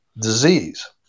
disease